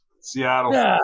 Seattle